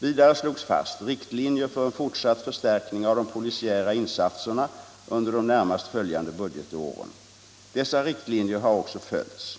Vidare slogs fast riktlinjer för en fortsatt förstärkning av de polisiära insatserna under de närmast följande budgetåren. Dessa riktlinjer har också följts.